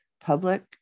public